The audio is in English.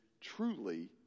truly